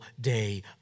day